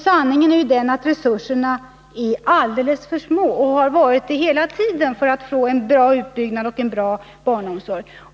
Sanningen är den att resurserna är alldeles för små — det har de varit hela tiden — för att vi skall kunna få en bra barnomsorg.